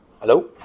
Hello